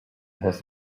has